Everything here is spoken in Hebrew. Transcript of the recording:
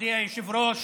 מכובדי היושב-ראש,